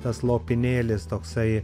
tas lopinėlis toksai